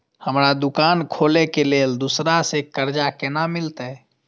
हमरा दुकान खोले के लेल दूसरा से कर्जा केना मिलते?